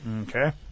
Okay